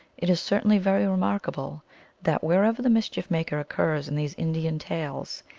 it is certainly very remarkable that, wherever the mischief maker occurs in these indian tales,